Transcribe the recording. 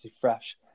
fresh